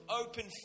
open